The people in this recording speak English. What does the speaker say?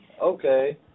okay